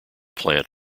plant